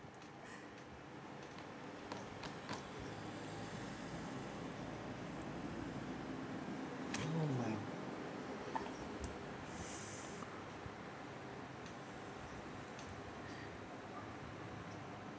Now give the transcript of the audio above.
oh my